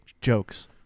jokes